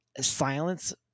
silence